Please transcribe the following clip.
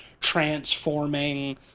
transforming